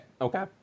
Okay